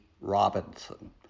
Robinson